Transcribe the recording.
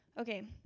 Okay